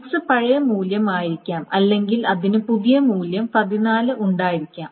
x പഴയ മൂല്യം ആയിരിക്കാം അല്ലെങ്കിൽ അതിന് പുതിയ മൂല്യം 14 ഉണ്ടായിരിക്കാം